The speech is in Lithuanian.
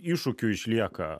iššūkiu išlieka